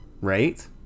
Right